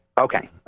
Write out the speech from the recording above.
Okay